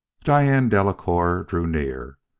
diane delacoeur drew near.